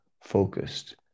Focused